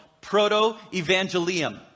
Proto-Evangelium